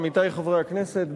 עמיתי חברי הכנסת,